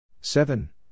seven